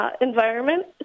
environment